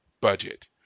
budget